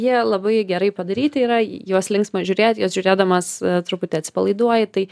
jie labai gerai padaryti yra juos linksma žiūrėt juos žiūrėdamas truputį atsipalaiduoji tai